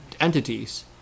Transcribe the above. entities